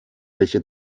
welche